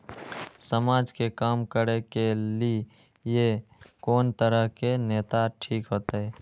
समाज के काम करें के ली ये कोन तरह के नेता ठीक होते?